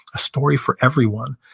a story for everyone.